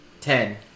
Ten